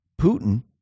Putin